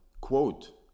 quote